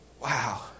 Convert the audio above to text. wow